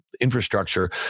infrastructure